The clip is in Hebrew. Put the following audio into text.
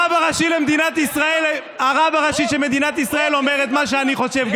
גם הרב הראשי של מדינת ישראל אומר את מה שאני חושב.